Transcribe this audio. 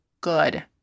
good